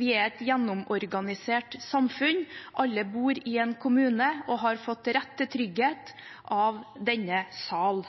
Vi er et gjennomorganisert samfunn. Alle bor i en kommune og har fått rett til trygghet av denne sal.